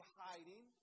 hiding